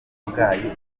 kabgayi